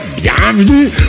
bienvenue